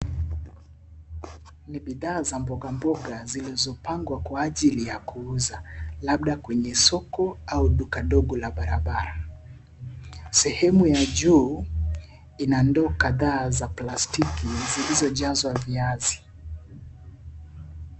NI bidhaa za mboga mboga zilizopangwa kwa ajili ya kuuza labda kwenye soko au duka ndogo la barabara . Sehemu ya juu ina ndoo kadhaa za plastiki zilizojazwa viazi.